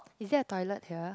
is there a toilet here